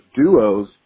duos